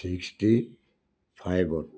sixty ফাইভত